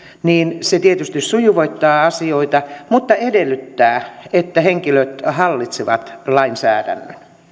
niin se tietysti sujuvoittaa asioita mutta edellyttää että henkilöt hallitsevat lainsäädännön